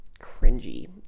cringy